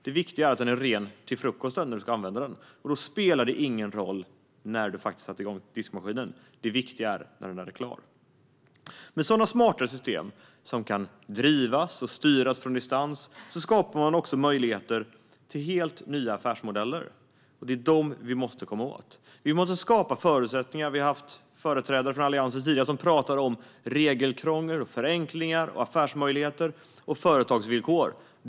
Det viktiga är att den är ren till frukosten, när man ska använda den. Då spelar det ingen roll när diskmaskinen satts igång. Det viktiga är när den är klar. Med sådana smartare system, som kan drivas och styras på distans, skapar man också möjligheter till helt nya affärsmodeller. Det är dem vi måste komma åt. Vi måste skapa förutsättningar. Företrädare för Alliansen pratar om regelkrångel, förenklingar, affärsmöjligheter och företagsvillkor.